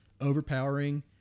overpowering